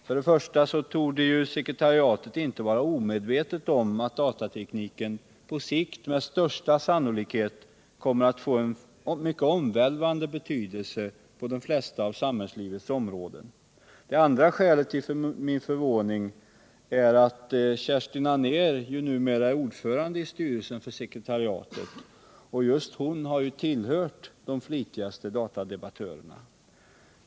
För det första torde sekretariatet inte vara omedvetet om att datatekniken på sikt med största sannolikhet kommer att få en mycket omvälvande betydelse på de flesta av samhällslivets områden. För det andra är det ju numera Kerstin Anér som är ordförande i styrelsen för sekretariatet, och hon har tillhört de flitigaste datade 107 battörerna.